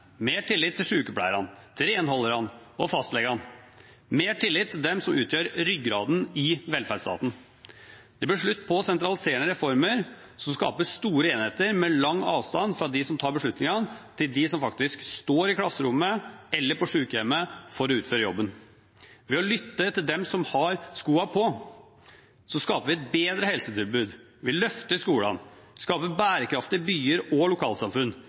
mer tillit til sykepleierne, til renholderne og til fastlegene – mer tillit til dem som utgjør ryggraden i velferdsstaten. Det blir slutt på sentraliserende reformer som skaper store enheter med lang avstand fra dem som tar beslutningene, til dem som faktisk står i klasserommet eller på sykehjemmet for å utføre jobben. Ved å lytte til dem som har skoa på, skaper vi et bedre helsetilbud, vi løfter skolene, skaper bærekraftige byer og lokalsamfunn,